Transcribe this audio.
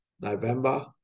November